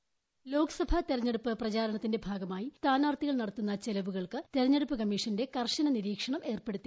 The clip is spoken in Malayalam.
വോയിസ് ലോക്സഭാ തിരഞ്ഞെടുപ്പ് പ്രചാരണത്തിന്റെ ഭാഗമായി സ്ഥാനാർത്ഥികൾ നടത്തുന്ന ചെലവുകൾക്ക് തിരഞ്ഞെടുപ്പ് കമ്മീഷന്റെ കർശന നിരീക്ഷണം ഏർപ്പെടുത്തി